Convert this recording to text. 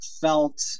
felt